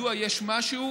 מדוע יש משהו